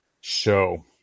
show